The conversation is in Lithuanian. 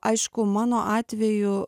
aišku mano atveju